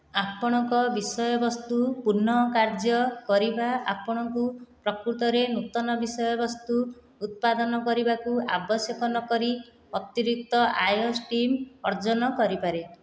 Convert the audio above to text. ଆପଣଙ୍କ ବିଷୟବସ୍ତୁ ପୁନଃକାର୍ଯ୍ୟ କରିବା ଆପଣଙ୍କୁ ପ୍ରକୃତରେ ନୂତନ ବିଷୟବସ୍ତୁ ଉତ୍ପାଦନ କରିବାକୁ ଆବଶ୍ୟକ ନକରି ଅତିରିକ୍ତ ଆୟ ଷ୍ଟିମ୍ ଅର୍ଜନ କରିପାରେ